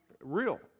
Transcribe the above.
real